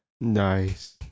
Nice